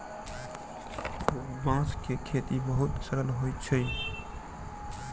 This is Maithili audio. बांस के खेती बहुत सरल होइत अछि